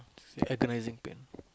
agonizing pain